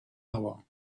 hour